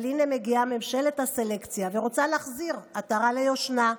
אבל הינה מגיעה ממשלת הסלקציה ורוצה להחזיר עטרה ליושנה.